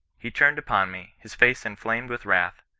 he turned upon me, his face inflamed with wrath,